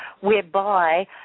whereby